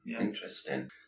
interesting